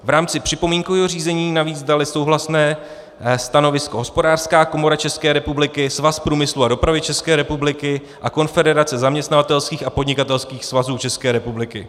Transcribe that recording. V rámci připomínkového řízení navíc daly souhlasné stanovisko Hospodářská komora České republiky, Svaz průmyslu a dopravy České republiky a Konfederace zaměstnavatelských a podnikatelských svazů České republiky.